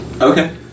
Okay